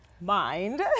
Mind